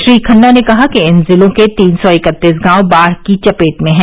श्री खन्ना ने कहा कि इन जिलों के तीन सौ इकतीस गांव बाढ़ की चपेट में हैं